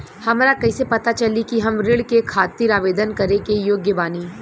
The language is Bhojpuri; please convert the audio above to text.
हमरा कइसे पता चली कि हम ऋण के खातिर आवेदन करे के योग्य बानी?